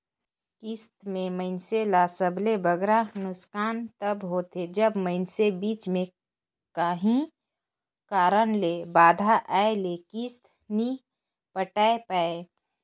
किस्त में मइनसे ल सबले बगरा नोसकान तब होथे जब मइनसे बीच में काहीं कारन ले बांधा आए ले किस्त नी पटाए पाए